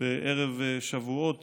בערב שבועות